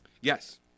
Yes